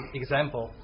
example